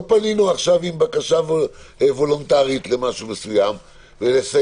לא פנינו עכשיו עם בקשה וולונטרית למשהו מסוים לסיוע.